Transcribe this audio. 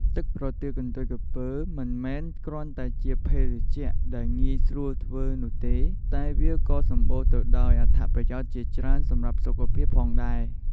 ទឹកប្រទាលកន្ទុយក្រពើ មិនមែនគ្រាន់តែជាភេសជ្ជៈដែលងាយស្រួលធ្វើនោះទេ តែវាក៏សម្បូរទៅដោយអត្ថប្រយោជន៍ជាច្រើនសម្រាប់សុខភាពផងដែរ។